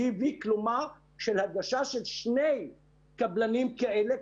של הגשה של שני קבלנים כאלה,